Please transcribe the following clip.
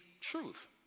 truth